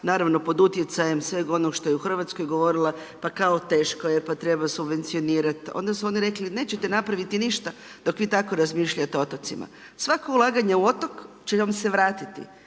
naravno pod utjecajem sveg onog što je u RH govorila pa kao teško je, pa treba subvencionirat, onda su oni rekli, nećete napraviti ništa dok vi tako razmišljate o otocima. Svako ulaganje u otok će vam se vratiti.